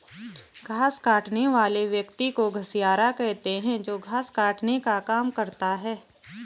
घास काटने वाले व्यक्ति को घसियारा कहते हैं जो घास काटने का काम करता है